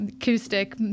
acoustic